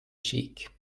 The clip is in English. cheek